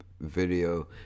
video